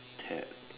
Ted